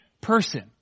person